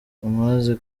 moise